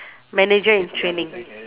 manager in training